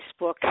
Facebook